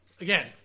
Again